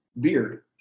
beard